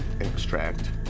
extract